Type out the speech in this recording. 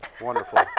Wonderful